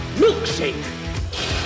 milkshake